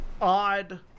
odd